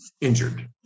injured